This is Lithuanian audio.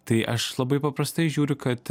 tai aš labai paprastai žiūriu kad